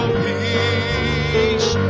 peace